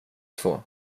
två